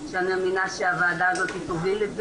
שאנחנו מאמינה שהוועדה הזאת תוביל את זה,